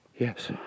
Yes